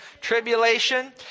tribulation